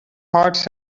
heart